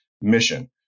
mission